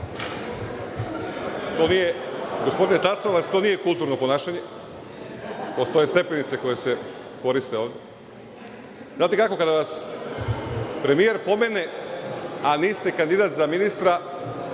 poslanika…Gospodine Tasovac, to nije kulturno ponašanje, postoje stepenice kojima se silazi. Znate kako, kada vas premijer spomene, a niste kandidat za ministra,